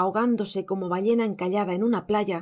ahogándose como ballena encallada en una playa